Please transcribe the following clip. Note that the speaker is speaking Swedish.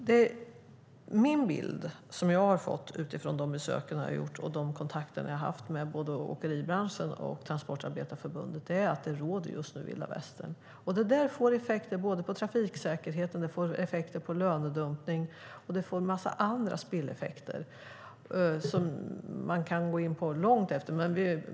Den bild jag har fått utifrån de besök jag har gjort och de kontakter jag har haft med både åkeribranschen och Transportarbetareförbundet är att det just nu råder vilda västern. Det får effekter både på trafiksäkerheten och lönedumpning, och det får en massa andra spilleffekter som man kan gå långt in på.